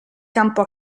campo